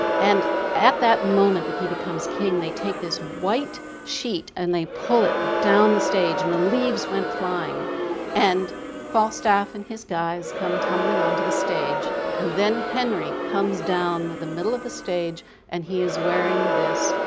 and at that moment that he becomes king they take this white sheet and they pull it down the stage and the leaves went flying and falstaff and his guys come tumbling onto the stage and then henry comes down the middle of the stage and he is wearing this